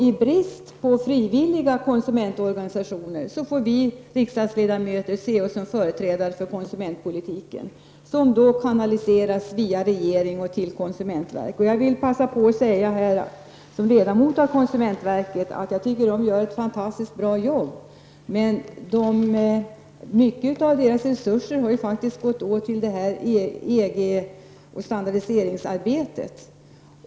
I brist på frivilliga konsumentorganisationer får vi riksdagsledamöter se oss som företrädare för konsumentpolitiken som då kanaliseras via regeringen till konsumentverket. Som ledamot av konsumentverket tycker jag att verket gör ett fantastiskt bra arbete, men mycket av dess resurser har gått åt till EG och standardiseringsarbetet.